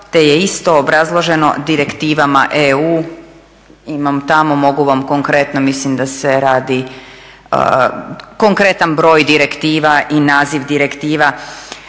te je isto obrazloženo direktivama EU, imam tamo, mogu vam konkretno, mislim da se radi, konkretan broj direktiva i naziv direktiva.